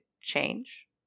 change